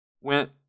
went